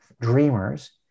dreamers